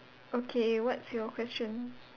okay what's your question